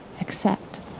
accept